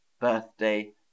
birthday